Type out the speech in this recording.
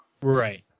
Right